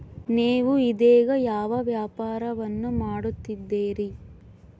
ನೇವು ಇದೇಗ ಯಾವ ವ್ಯಾಪಾರವನ್ನು ಮಾಡುತ್ತಿದ್ದೇರಿ?